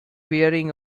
wearing